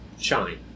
shine